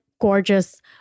gorgeous